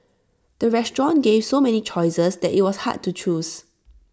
the restaurant gave so many choices that IT was hard to choose